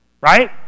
Right